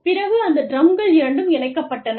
பிறகு அந்த டிரம்கள் இரண்டும் இணைக்கப்பட்டன